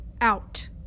Out